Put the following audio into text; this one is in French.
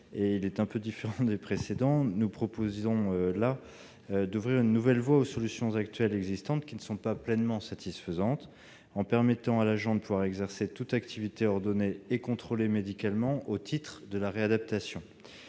cas est un peu différent des précédents. Nous proposons d'ajouter une nouvelle voie aux solutions actuelles, qui ne sont pas pleinement satisfaisantes, en permettant à l'agent d'exercer toute activité ordonnée et contrôlée médicalement au titre de la réadaptation.